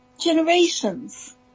Generations